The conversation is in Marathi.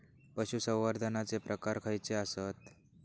पशुसंवर्धनाचे प्रकार खयचे आसत?